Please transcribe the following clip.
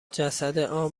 جسدان